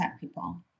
people